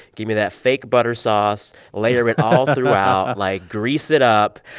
give me that fake butter sauce, layer it all throughout, like, grease it up.